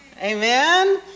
Amen